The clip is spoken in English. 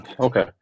Okay